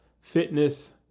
Fitness